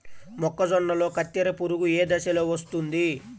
మొక్కజొన్నలో కత్తెర పురుగు ఏ దశలో వస్తుంది?